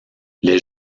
les